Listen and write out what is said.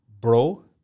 Bro